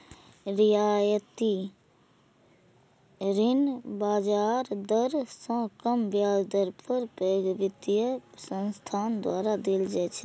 रियायती ऋण बाजार दर सं कम ब्याज दर पर पैघ वित्तीय संस्थान द्वारा देल जाइ छै